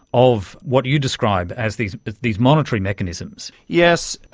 of what you describe as these these monitory mechanisms. yes,